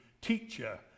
teacher